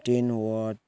ten watt